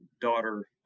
daughter